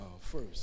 first